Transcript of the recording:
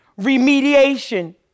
remediation